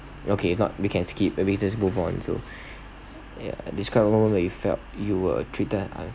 okay if not we can skip we just move on so yeah describe a moment you felt you were treated